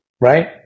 right